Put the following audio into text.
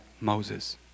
Moses